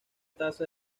tasa